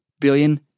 billion